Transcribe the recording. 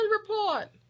report